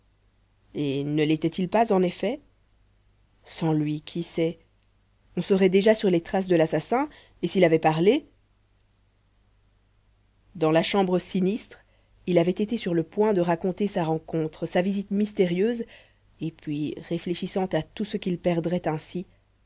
et ne létait il pas en effet sans lui qui sait on serait déjà sur les traces de l'assassin et s'il avait parlé dans la chambre sinistre il avait été sur le point de raconter sa rencontre sa visite mystérieuse et puis réfléchissant à tout ce qu'il perdrait ainsi